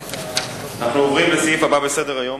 הכרזה של מזכירות הכנסת.